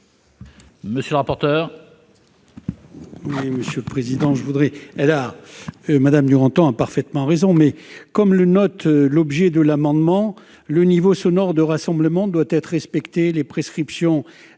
monsieur les rapporteurs,